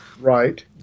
Right